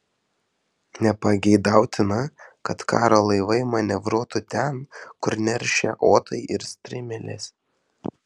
nepageidautina kad karo laivai manevruotų ten kur neršia otai ir strimelės